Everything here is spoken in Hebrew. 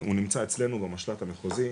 הוא נמצא אצלנו במשת"פ המחוזי.